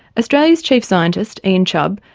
australia's chief scientist, ian chubb,